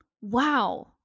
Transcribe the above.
wow